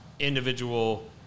individual